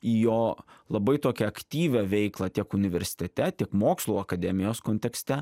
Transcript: į jo labai tokią aktyvią veiklą tiek universitete tik mokslų akademijos kontekste